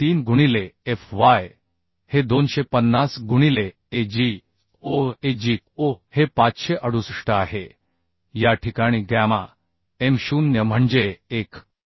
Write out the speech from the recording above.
133 गुणिले Fy हे 250 गुणिले a g o a g o हे 568 आहे या ठिकाणी गॅमा m0 म्हणजे 1